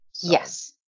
Yes